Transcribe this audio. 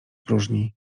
próżni